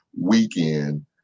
weekend